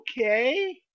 okay